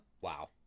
Wow